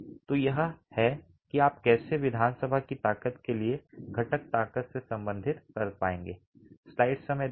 तो यह है कि आप कैसे विधानसभा की ताकत के लिए घटक ताकत से संबंधित कर पाएंगे